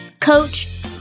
coach